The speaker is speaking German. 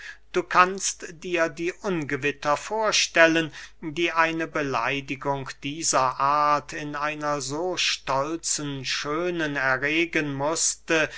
du kannst dir die ungewitter vorstellen die eine beleidigung dieser art in einer so stolzen schönen erregen mußte